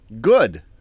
good